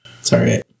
Sorry